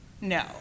No